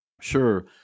Sure